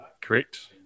Correct